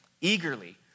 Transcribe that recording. eagerly